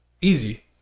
Easy